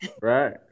right